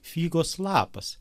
figos lapas